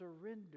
surrender